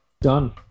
Done